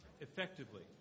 effectively